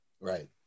Right